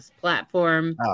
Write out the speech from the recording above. platform